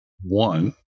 One